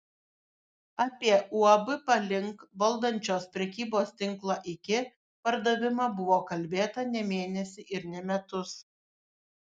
apie uab palink valdančios prekybos tinklą iki pardavimą buvo kalbėta ne mėnesį ir ne metus